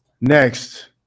Next